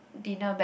dinner back